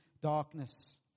darkness